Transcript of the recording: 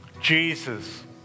Jesus